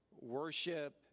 worship